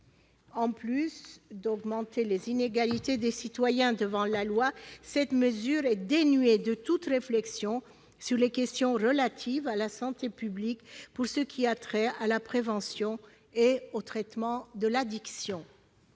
En plus d'augmenter les inégalités des citoyens devant la loi, cette mesure est dénuée de toute réflexion sur les questions relatives à la santé publique pour ce qui a trait à la prévention et au traitement de l'addiction.